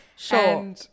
Sure